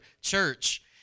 church